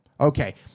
Okay